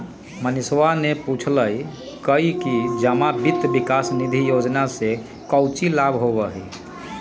मनीषवा ने पूछल कई कि जमा वित्त विकास निधि योजना से काउची लाभ होबा हई?